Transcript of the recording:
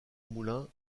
moulin